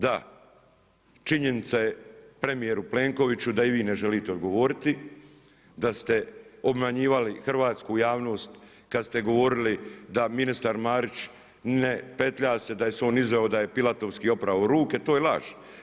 Da, činjenica je premjeru Plenkoviću da ni vi ne želite odgovoriti, da ste obmanjivali hrvatsku javnost kad ste govorili da ministar Marić ne petlja se, da se je on izuzeo da je pilatovski oprao ruke, to je laž.